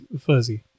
fuzzy